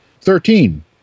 Thirteen